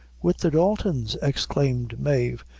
with the daltons! exclaimed mave,